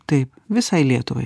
taip visai lietuvai